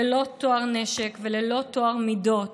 ללא טוהר נשק וללא טוהר מידות,